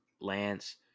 Lance